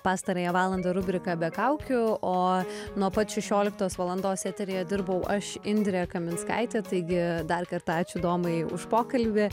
pastarąją valandą rubrika be kaukių o nuo pat šešioliktos valandos eteryje dirbau aš indrė kaminskaitė taigi dar kartą ačiū domai už pokalbį